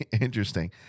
interesting